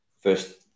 first